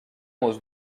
was